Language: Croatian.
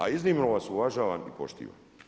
A iznimno vas uvažavam i poštivam.